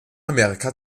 amerika